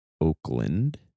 Oakland